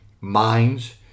minds